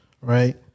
Right